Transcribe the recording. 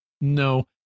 No